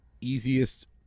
easiest